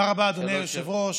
תודה רבה, אדוני היושב-ראש.